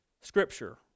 Scripture